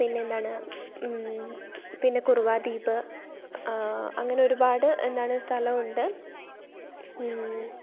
പിന്നെ എന്താണ് പിന്നെ കുറുവ ദ്വീപ് അങ്ങനെ ഒരുപാട് എന്താണ് സ്ഥലം ഉണ്ട്